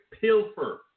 pilfer